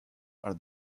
are